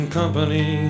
company